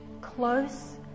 close